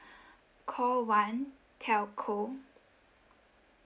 call one telco